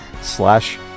slash